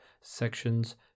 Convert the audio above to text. Sections